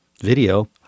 video